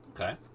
okay